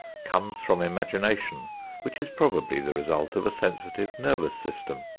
comes from imagination which is probably the result of a sensitive nervous system,